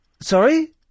Sorry